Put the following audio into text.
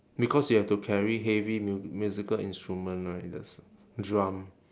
because you have to carry heavy mu~ musical instrument right there's drum